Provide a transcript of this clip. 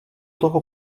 toho